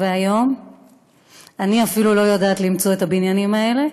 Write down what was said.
והיום אני אפילו לא יודעת למצוא את הבניינים האלה,